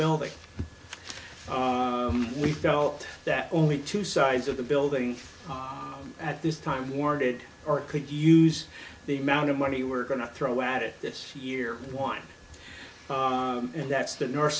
building we felt that only two sides of the building at this time warded or could use the amount of money we're going to throw at it this year and won and that's the north